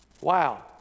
Wow